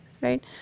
right